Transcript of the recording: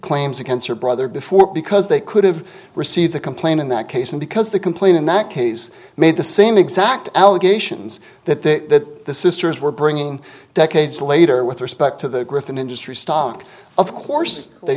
claims against her brother before because they could have received the complaint in that case and because the complaint in that case made the same exact allegations that the sisters were bringing in decades later with respect to the growth in industry stock of course they